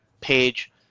page